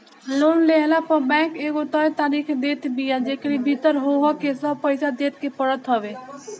loan लेहला पअ bank एगो तय तारीख देत बिया जेकरी भीतर होहके सब पईसा देवे के पड़त हवे